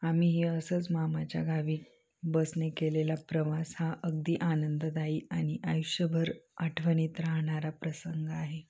आम्ही हे असंच मामाच्या गावी बसने केलेला प्रवास हा अगदी आनंददायी आणि आयुष्यभर आठवणीत राहणारा प्रसंग आहे